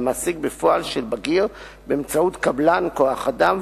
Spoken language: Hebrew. מעסיק בפועל של בגיר באמצעות קבלן כוח-אדם,